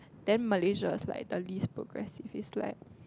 then Malaysia is like the least progressive is like